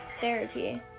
therapy